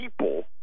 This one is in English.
people